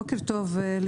בוקר טוב לכולם.